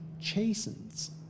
chastens